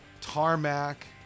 tarmac